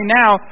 now